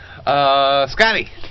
Scotty